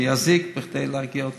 שיזיקו כדי להרגיע אותם.